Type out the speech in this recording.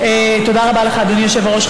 תודה רבה לך, אדוני היושב-ראש.